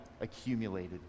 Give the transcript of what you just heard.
accumulated